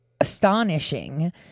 astonishing